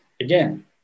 again